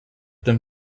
them